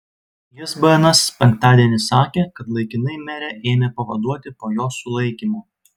jis bns penktadienį sakė kad laikinai merę ėmė pavaduoti po jos sulaikymo